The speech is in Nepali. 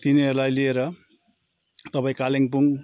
तिनीहरूलई लिएर तपाईँ कालिम्पोङ